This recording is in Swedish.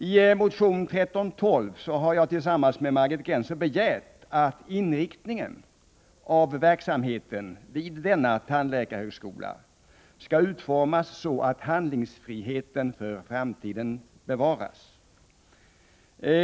I motion 1312 har jag tillsammans med Margit Gennser begärt att inriktningen av verksamheten vid denna tandläkarhögskola skall utformas så att handlingsfriheten för framtiden bevaras.